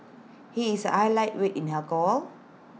he is A lightweight in alcohol